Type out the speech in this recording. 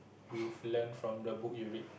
you've learn from the book you read